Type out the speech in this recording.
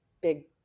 big